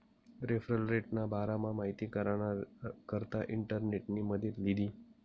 referral रेटना बारामा माहिती कराना करता इंटरनेटनी मदत लीधी